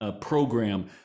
program